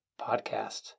podcast